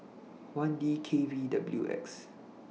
one D K V W X